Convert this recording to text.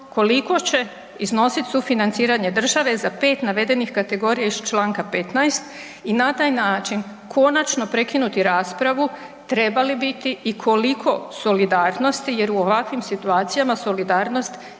koliko će iznositi sufinanciranje države za 5 navedenih kategorija iz Članka 15. i na taj način konačno prekinuti raspravu treba li biti i koliko solidarnosti jer u ovakvim situacijama solidarnost